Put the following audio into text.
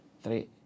Three